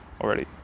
already